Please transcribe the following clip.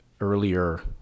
earlier